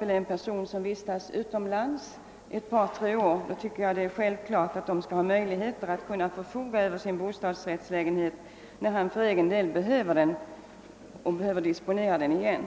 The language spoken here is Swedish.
att en person som t.ex. vistas utomlands ett par tre år skall kunna förfoga över sin bostadsrättslägenhet, då den behöver disponeras på nytt.